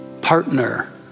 partner